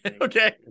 Okay